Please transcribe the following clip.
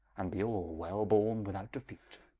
and be all well borne without defeat.